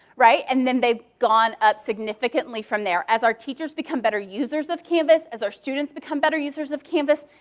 right, and then they've gone up significantly from there. as our teachers become better users of canvass, as our students become better users of canvass,